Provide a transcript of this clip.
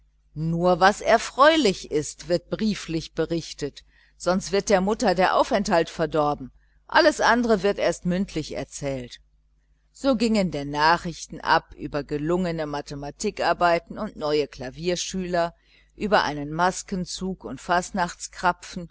nur was erfreulich ist wird brieflich berichtet sonst ist der mutter der aufenthalt verdorben alles andere wird erst mündlich erzählt so gingen denn nachrichten ab über gelungene mathematikarbeiten und neue klavierschüler über einen maskenzug und